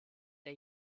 der